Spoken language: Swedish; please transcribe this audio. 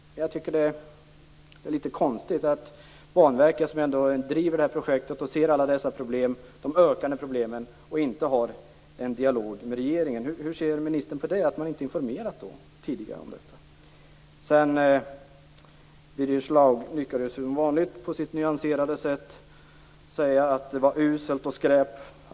Jag tycker att det är litet konstigt att Banverket som driver detta projekt och ser alla problem inte har någon dialog med regeringen. Hur ser regeringen på att Banverket inte har informerat om detta tidigare? Birger Schlaug lyckades som vanligt på sitt nyanserade sätt säga att allt var uselt och skräp.